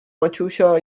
maciusia